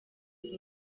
izi